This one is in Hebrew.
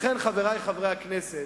לכן, חברי חברי הכנסת,